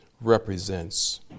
represents